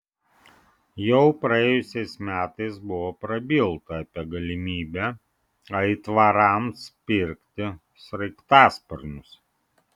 jau praėjusiais metais buvo prabilta apie galimybę aitvarams pirkti sraigtasparnius